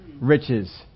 riches